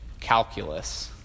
Calculus